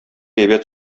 әйбәт